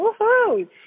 woohoo